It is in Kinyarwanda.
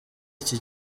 iki